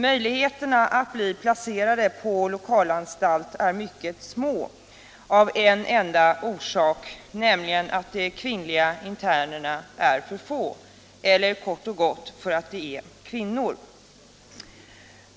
Möjligheterna att bli placerad på lokalanstalt är mycket små av den enda anledningen att de kvinnliga interna är för få, eller kort och gott att de är kvinnor.